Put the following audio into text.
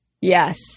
yes